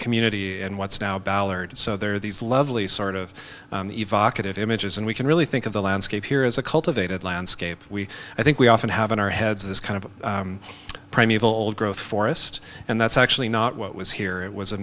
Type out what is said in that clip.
community and what's now ballard so there are these lovely sort of the vocative images and we can really think of the landscape here as a cultivated landscape we i think we often have in our heads this kind of primeval old growth forest and that's actually not what was here it was a